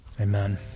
Amen